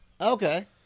Okay